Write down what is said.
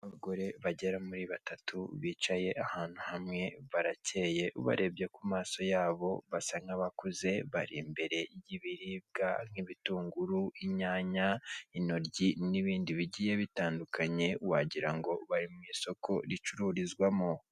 Abagore bagera muri batatu bicaye ahantu hamwe barakeye ubarebye kumaso yabo basa nkabakuze bari imbere yibiribwa nkibitunguru, inyanya , intoryi nibindi bigiye bitandukanye wagira ngo bari mwisoko ricururizwamo.